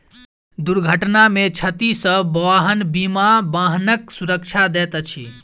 दुर्घटना में क्षति सॅ वाहन बीमा वाहनक सुरक्षा दैत अछि